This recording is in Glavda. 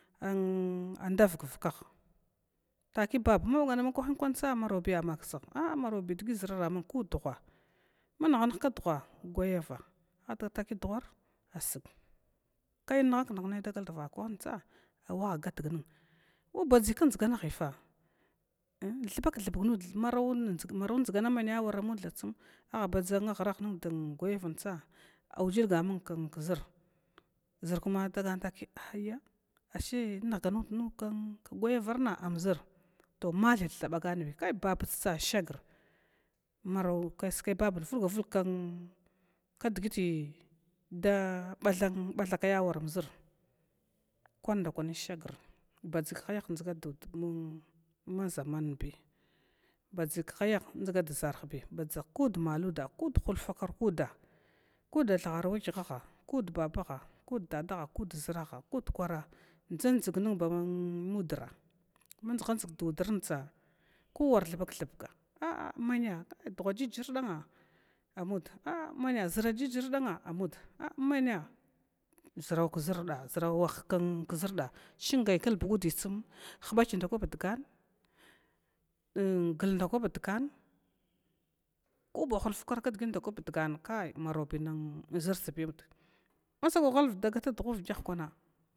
Ndavg vaka takiya a, baba mabaga nabag na, kwanin tsa ai marabuya a a marobi dgi ʒrara amung ko dugha ma nuha nuhg kogha gayav a atagar taki dughar asg kainhak nhag nai dagalda vakwahn tsa nwa ha gatn wabadʒ kdʒganahifa thubk thubg nud kdʒganah maro maro dʒgna mana awaramud thatsm aha badʒahrahn dgwayavntsa aujilga amung kʒr ʒr kuma taga taki a, ashe nhganh nud kn k gayavarna amʒr to mathai tha bagani kai bub tsa shagr marau kskai babn vulgwa vulgl kn kdgiti da ba than kai awa ram ʒur, kwandakwani shagr badʒi khayah dʒga dudi maʒaman bi badʒi khayh dʒgad ʒarhi kud maluda kud hulfa kwar kuda, kud thughara wakyahaka kud bababaha kud dadaha kudʒraha kud kwara dʒandʒgnn mudra man dʒhan dʒagndudrn tsa kowar thubak thubga a a mana dugha jir jir danna a ma ʒra jirjir danna amud a man ʒrau kʒrada kwatr ʒrda chingai klbgudi tsm huba kyndaku ba dgan n glndakwa ba duga ku ba hulf kwar kdgiti ndaku ba duga, kai marobi ʒrtsi amud masaha ghav da ga ta dugh vlgyh kwan.